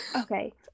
okay